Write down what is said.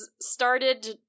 started